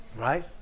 Right